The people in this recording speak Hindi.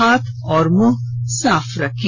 हाथ और मुंह साफ रखें